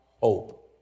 hope